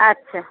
আচ্ছা